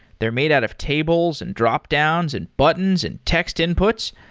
they're made out of tables, and dropdowns, and buttons, and text inputs.